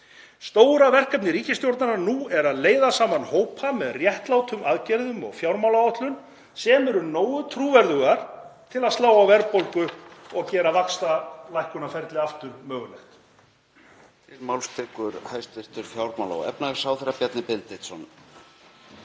Stóra verkefni ríkisstjórnarinnar nú er að leiða saman hópa með réttlátum aðgerðum og fjármálaáætlun, sem eru nógu trúverðugar til að slá á verðbólgu og gera vaxtalækkunarferli aftur mögulegt.